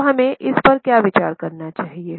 तो हमें इस पर क्या विचार करना चाहिए